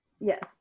Yes